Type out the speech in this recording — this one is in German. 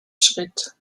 schritt